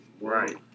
Right